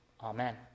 Amen